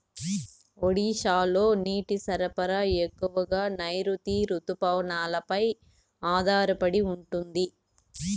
ఒడిశాలో నీటి సరఫరా ఎక్కువగా నైరుతి రుతుపవనాలపై ఆధారపడి ఉంటుంది